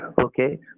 Okay